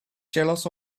jealous